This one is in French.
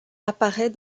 apparaît